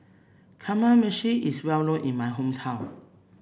Kamameshi is well known in my hometown